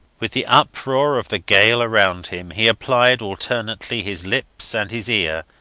with the uproar of the gale around him he applied alternately his lips and his ear,